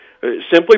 Simply